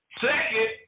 Second